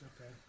Okay